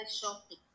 shopping